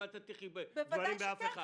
אל תטיחי דברים באף אחד.